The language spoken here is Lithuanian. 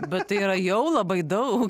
bet tai yra jau labai daug